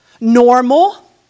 normal